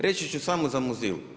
Reći ću samo za Muzil.